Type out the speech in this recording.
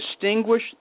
distinguish